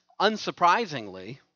Unsurprisingly